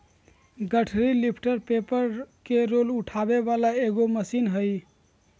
गठरी lifter paper के roll उठावे वाला एगो मशीन हइ